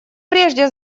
прежде